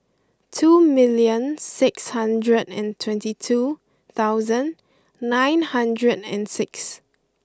two million six thousand and twenty two thousand nine hundred and six